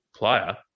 player